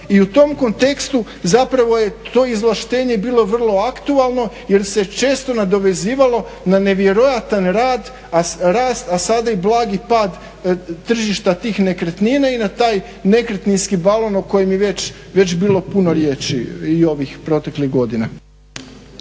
i u tom kontekstu je to izvlaštenje bilo vrlo aktualno jer se često nadovezivalo na nevjerojatan rast, a sada i blagi pad tržišta tih nekretnina i na taj nekretninski balon o kojem je već bilo puno riječi i ovih proteklih godina.